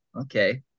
Okay